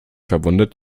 verwundert